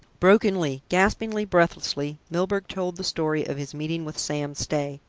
brokenly, gaspingly, breathlessly, milburgh told the story of his meeting with sam stay.